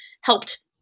helped